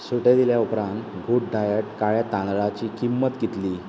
सूट दिले उपरांत गुड डाएट काळे तांदळांची किंमत कितली